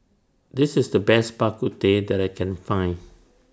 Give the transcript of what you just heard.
This IS The Best Bak Kut Teh that I Can Find